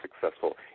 successful